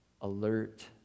alert